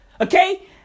Okay